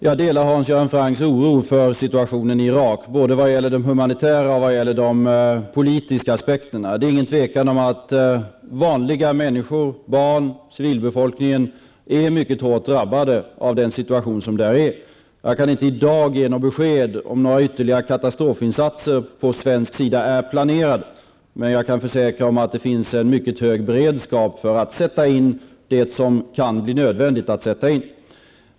Herr talman! Jag delar Hans Göran Francks oro för situationen i Irak både vad gäller de humanitära och de politiska aspekterna. Det är inget tvivel om att vanliga människor -- barn och civilbefolkning -- är mycket hårt drabbade av den situation som i dag råder. Jag kan i dag inte ge besked om några ytterligare katastrofinsatser från svensk sida är planerade, men jag kan försäkra att det finns en mycket hög beredskap för att sätta in det som kan bli nödvändigt att sätta in.